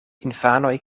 infanoj